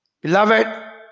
Beloved